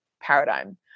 paradigm